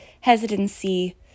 hesitancy